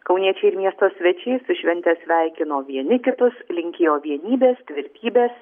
kauniečiai ir miesto svečiai su švente sveikino vieni kitus linkėjo vienybės tvirtybės